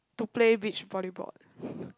to play beach volleyball